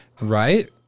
Right